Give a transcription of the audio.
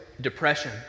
depression